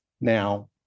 Now